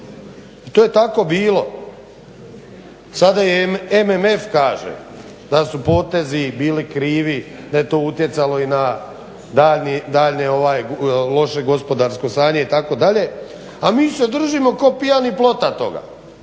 se ne razumije./… kaže da su potezi bili krivi, da je to utjecalo i na daljnje loše gospodarsko stanje itd., a mi se držimo ko pijani plota toga